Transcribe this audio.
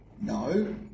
No